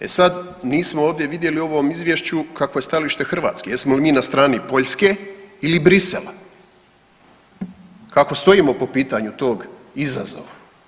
E sad, nismo ovdje vidjeli u ovom izvješću kakvo je stajalište Hrvatske, jesmo li mi na strani Poljske ili Brisela, kako stojimo po pitanju tog izazova?